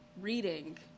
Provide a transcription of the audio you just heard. reading